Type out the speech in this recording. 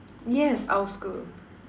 yes our school